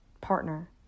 partner